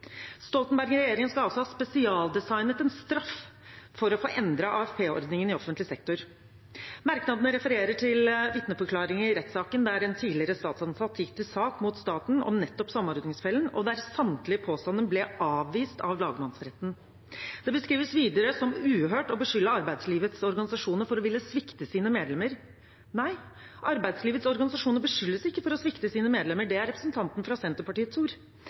skal altså ha spesialdesignet en straff for å få endret AFP-ordningen i offentlig sektor. Merknadene refererer til vitneforklaringer i rettssaken der en tidligere statsansatt gikk til sak mot staten om nettopp samordningsfellen, og der samtlige påstander ble avvist av lagmannsretten. Det beskrives videre som «uhørt» å beskylde arbeidslivets organisasjoner for å ville svikte sine medlemmer. Nei, arbeidslivets organisasjoner beskyldes ikke for å svikte sine medlemmer – det er representanten fra